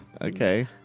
okay